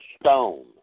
stone